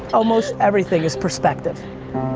almost everything is perspective.